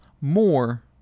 more